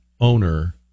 owner